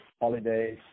holidays